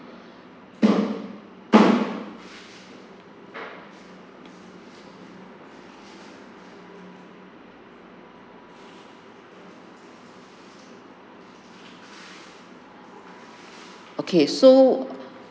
okay so